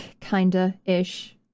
kinda-ish